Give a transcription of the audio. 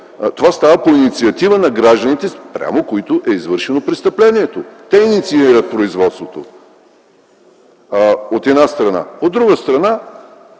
това става по инициатива на гражданите, спрямо които е извършено престъплението. Те инициират производството, от една страна. От друга страна,